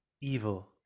evil